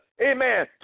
Amen